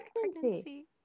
pregnancy